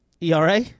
ERA